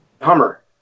Hummer